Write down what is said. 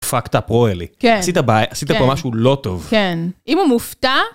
Fucked up royaly, עשית פה משהו לא טוב. כן. אם הוא מופתע...